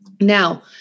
Now